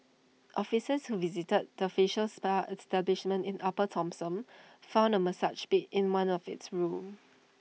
officers who visited the facial spa establishment in upper Thomson found A massage bed in one of its rooms